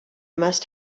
must